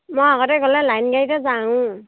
মই আগতে গ'লে লাইন গাড়ীতে যাওঁ